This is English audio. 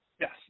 Yes